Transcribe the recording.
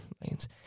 lanes